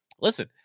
Listen